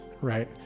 right